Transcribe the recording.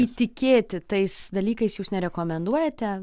įtikėti tais dalykais jūs nerekomenduojate